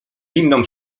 inną